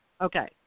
okay